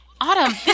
Autumn